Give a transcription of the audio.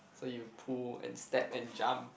so you pull and step and jump